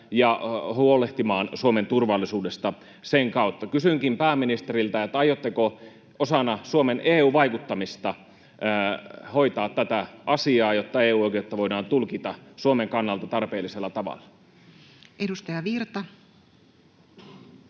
ja huolehtimaan Suomen turvallisuudesta sen kautta. Kysynkin pääministeriltä: aiotteko osana Suomen EU-vaikuttamista hoitaa tätä asiaa, jotta EU-oikeutta voidaan tulkita Suomen kannalta tarpeellisella tavalla? [Speech 116]